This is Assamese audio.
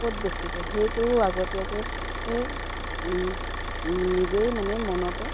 ক'ত বেছিব সেইটো আগতীয়াকে নিজেই মানে মনতে